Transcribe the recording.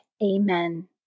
Amen